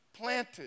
planted